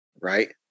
right